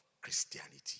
Christianity